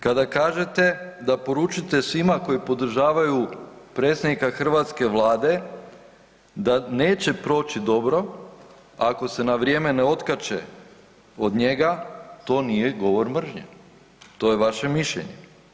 Kada kažete da poručite svima koji podržavaju predsjednika hrvatske Vlade da neće proći dobro ako se na vrijeme otkače od njega, to nije govor mržnje, to je vaše mišljenje.